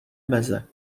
meze